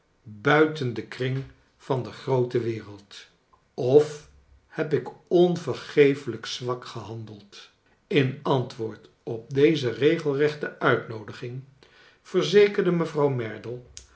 buiten den kring van de groote wereld of heb ik onvergeeflijk zwak gehandeld in antwoord op deze regelrechte uitnoodiging verzekerde mevrouw merdle